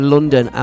London